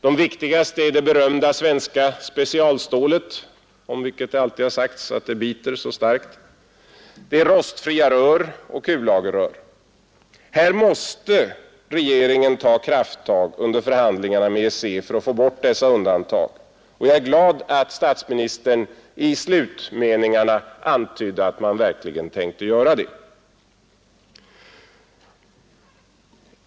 De viktigaste är det berömda svenska specialstålet — om vilket det alltid har sagts att det biter så starkt — rostfria rör och kullagerrör. Här måste regeringen ta krafttag under förhandlingarna med EEC för att få bort dessa undantag. Jag är glad att statsministern i slutmeningarna antydde att man verkligen tänkte göra det.